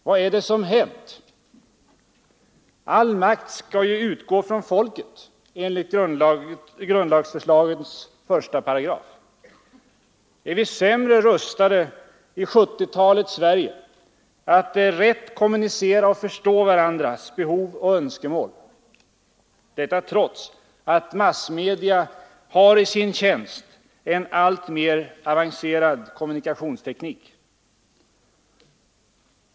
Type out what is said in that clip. Vad är det som har hänt? All makt skall ju utgå från folket, enligt grundlagsförslagets första paragraf. Är vi sämre rustade i 1970-talets Sverige att rätt kommunicera och förstå varandras behov och önskemål? Detta trots att massmedia har i sin tjänst en alltmer avancerad kommunikationsteknik.